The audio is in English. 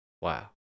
Wow